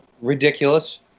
ridiculous